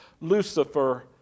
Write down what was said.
Lucifer